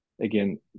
again